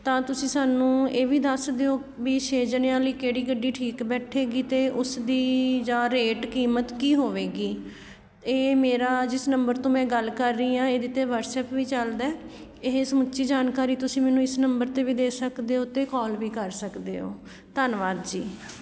ਤਾਂ ਤੁਸੀਂ ਸਾਨੂੰ ਇਹ ਵੀ ਦੱਸ ਦਿਓ ਵੀ ਛੇ ਜਾਣਿਆਂ ਲਈ ਕਿਹੜੀ ਗੱਡੀ ਠੀਕ ਬੈਠੇਗੀ ਅਤੇ ਉਸ ਦੀ ਜਾਂ ਰੇਟ ਕੀਮਤ ਕੀ ਹੋਵੇਗੀ ਇਹ ਮੇਰਾ ਜਿਸ ਨੰਬਰ ਤੋਂ ਮੈਂ ਗੱਲ ਕਰ ਰਹੀ ਹਾਂ ਇਹਦੇ 'ਤੇ ਵਟਸਐਪ ਵੀ ਚਲਦਾ ਇਹ ਸਮੁੱਚੀ ਜਾਣਕਾਰੀ ਤੁਸੀਂ ਮੈਨੂੰ ਇਸ ਨੰਬਰ 'ਤੇ ਵੀ ਦੇ ਸਕਦੇ ਹੋ ਅਤੇ ਕਾਲ ਵੀ ਸਕਦੇ ਹੋ ਧੰਨਵਾਦ ਜੀ